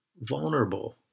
vulnerable